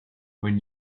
when